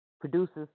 produces